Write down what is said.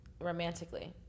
romantically